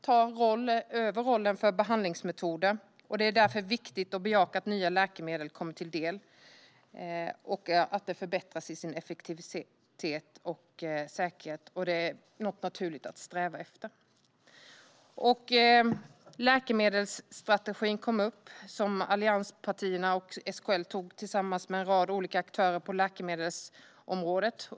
De tar över rollen som olika behandlingsmetoder har haft, och det är därför viktigt att bejaka att nya läkemedel tillkommer och att de som redan finns förbättras i sin effektivitet och säkerhet. Det är naturligt att sträva efter det. Läkemedelsstrategin tog allianspartierna och SKL fram tillsammans med en rad olika aktörer på läkemedelsområdet.